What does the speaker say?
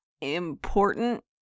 important